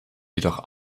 jedoch